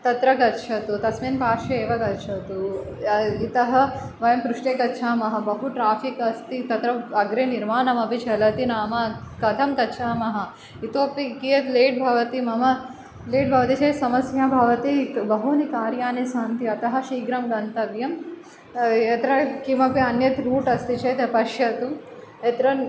तत्र गच्छतु तस्मिन् पार्श्वे एव गच्छतु इतः वयं पृष्ठे गच्छामः बहु ट्राफ़िक् अस्ति तत्र अग्रे निर्मानमपि चलति नाम कथं गच्छामः इतोपि कियद् लेट् भवति मम लेट् भवति चेत् समस्या भवति बहूनि कार्यानि सन्ति अतः शीघ्रं गन्तव्यं यत्र किमपि अन्यत् रूट् अस्ति चेत् पश्यतु यत्र